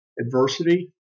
adversity